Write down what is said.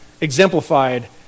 exemplified